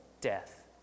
death